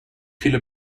viele